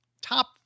top